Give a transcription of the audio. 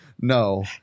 no